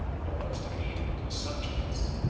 or most agreeable to his subjects.